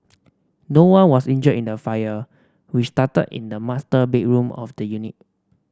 no one was injured in the fire which started in the master bedroom of the unit